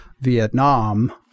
Vietnam